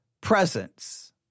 presence